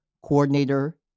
coordinator